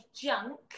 junk